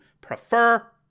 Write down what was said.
prefer